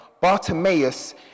Bartimaeus